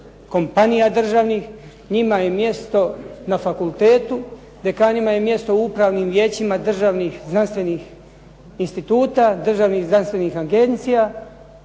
kompanija državnih, njima je mjesto na fakultetu. Dekanima je mjesto u upravnim vijećima državnih znanstvenih instituta, državnih znanstvenih agencija,